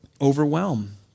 overwhelm